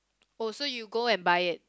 oh so you go and buy it